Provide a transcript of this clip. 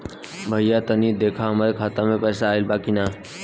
भईया तनि देखती हमरे खाता मे पैसा आईल बा की ना?